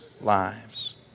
lives